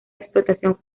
explotación